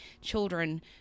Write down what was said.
children